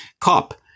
cop